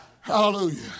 Hallelujah